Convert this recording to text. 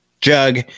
jug